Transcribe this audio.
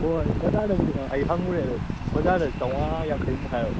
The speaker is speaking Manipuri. ꯍꯣꯏ ꯕꯖꯥꯔꯗꯕꯨꯗꯤ ꯑꯩ ꯍꯪꯉꯨꯔꯦ ꯑꯗꯣ ꯕꯖꯥꯔꯗꯗꯤ ꯆꯥꯝꯃꯉꯥ ꯌꯥꯡꯈꯩꯃꯨꯛ ꯍꯥꯏꯍꯧꯋꯦ